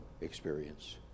experience